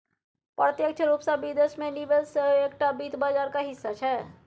प्रत्यक्ष रूपसँ विदेश मे निवेश सेहो एकटा वित्त बाजारक हिस्सा छै